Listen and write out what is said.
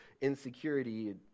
insecurity